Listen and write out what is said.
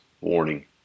warning